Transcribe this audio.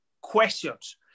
questions